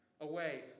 Away